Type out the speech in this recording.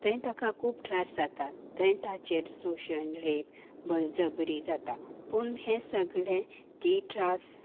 थंय ताका खूब त्रास जाता थंय ताचेर सोशण रेप बरजबरी जाता पूण हें सगळें ती ट्रास